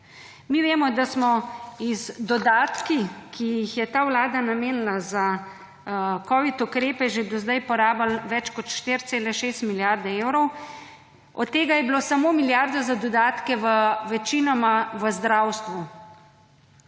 Mi vemo, da smo z dodatki, ki jih je ta vlada namenila za kovid ukrepe že do sedaj porabili več kot 4,6 milijarde evrov, od tega je bilo samo milijardo za dodatke večinoma v zdravstvu.